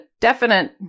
definite